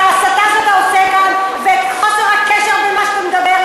את ההסתה שאתה עושה כאן ואת חוסר הקשר במה שאתה מדבר.